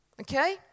Okay